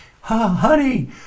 honey